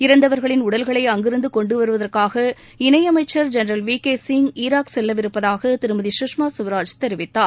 இறந்தவர்களின் உடல்களை அங்கிருந்து கொண்டு வருவதற்காக இணையமைச்சர் general V K Singh Iraq செல்லவிருப்பதாக திருமதி சுஷ்மா சுவராஜ் தெரிவித்தார்